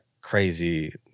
crazy